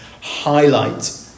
highlight